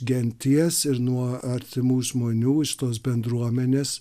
genties ir nuo artimų žmonių iš tos bendruomenės